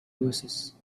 oasis